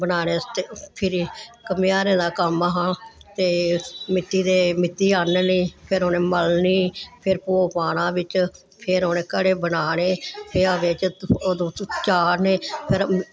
बनाने आस्तै फिरी घमेहारें दा कम्म हा ते मिट्टी दे मित्ती आह्ननी फिर उ'नें मलनी फिर भौऽ पाना बिच्च फिर उ'नें घड़े बनाने फिर अग्ग च ओह्दे च चाढ़ने फिर